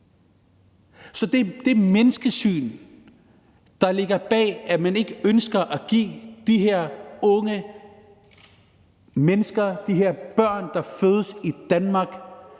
Så det menneskesyn, der ligger bag, at man ikke ønsker at give de her unge mennesker, de her børn, der fødes i Danmark